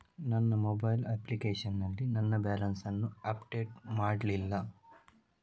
ನನ್ನ mobile application ನಲ್ಲಿ ನನ್ನ ಬ್ಯಾಲೆನ್ಸ್ ಅನ್ನು ಅಪ್ಡೇಟ್ ಮಾಡ್ಲಿಲ್ಲ